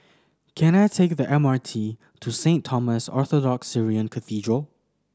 can I take the M R T to Saint Thomas Orthodox Syrian Cathedral